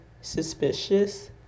suspicious